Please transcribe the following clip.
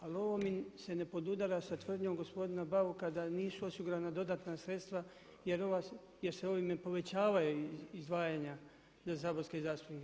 Ali ovo mi se ne podudara sa tvrdnjom gospodina Bauka da nisu osigurana dodatna sredstva jer se ovime povećavaju izdvajanja za saborske zastupnike.